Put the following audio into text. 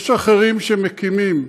יש אחרים שמקימים.